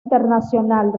internacional